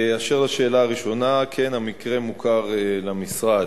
1. אשר לשאלה הראשונה: כן, המקרה מוכר למשרד.